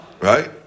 Right